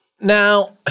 Now